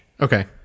Okay